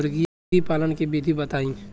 मुर्गीपालन के विधी बताई?